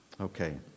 Okay